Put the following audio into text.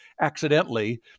accidentally